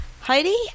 Heidi